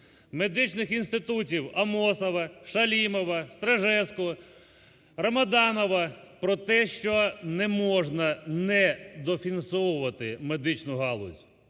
медичних інститутів: Амосова, Шалімова, Старежска, Ромоданова – про те, що не можна недофінансовувати медичну галузь.